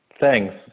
Thanks